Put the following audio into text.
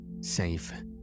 safe